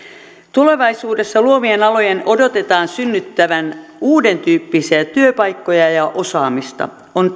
tulevaisuudessa luovien alojen odotetaan synnyttävän uudentyyppisiä työpaikkoja ja ja osaamista on